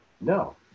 No